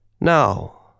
Now